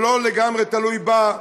שלא לגמרי תלוי בה,